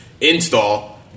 install